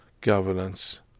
governance